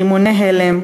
רימוני הלם,